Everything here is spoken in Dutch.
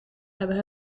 hebben